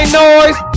noise